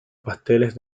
pasteles